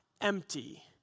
Empty